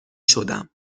شدم